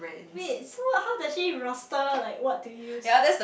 wait so how does she roster like what to use